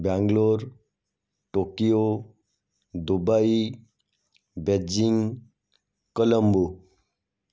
Bangalore Tokyo Dubai Beijing Colombo